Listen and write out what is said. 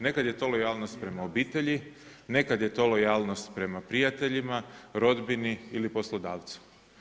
Nekad je to lojalnost prema obitelji, nekad je to lojalnost prema prijateljima, rodbini ili poslodavcu.